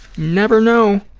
never know.